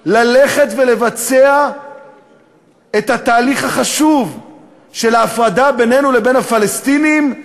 ללכת ולבצע את התהליך החשוב של ההפרדה בינינו לבין הפלסטינים,